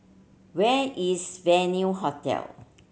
where is Venue Hotel